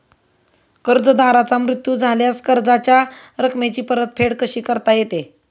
कर्जदाराचा मृत्यू झाल्यास कर्जाच्या रकमेची परतफेड कशी करता येते?